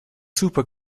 super